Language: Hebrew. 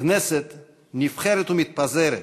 כנסת נבחרת ומתפזרת,